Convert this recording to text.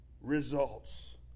results